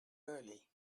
early